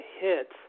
hit